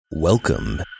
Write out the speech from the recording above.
Welcome